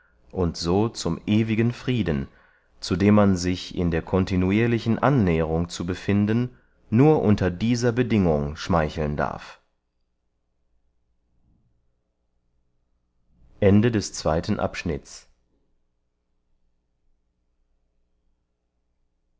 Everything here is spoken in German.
und so zum ewigen frieden zu dem man sich in der continuirlichen annäherung zu befinden nur unter dieser bedingung schmeicheln darf